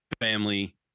family